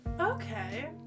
Okay